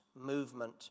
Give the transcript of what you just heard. movement